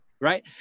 right